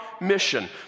mission